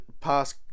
past